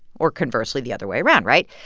or conversely, the other way around, right?